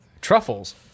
truffles